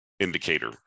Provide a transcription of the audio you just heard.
indicator